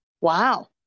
wow